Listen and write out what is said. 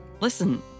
listen